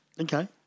Okay